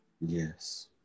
Yes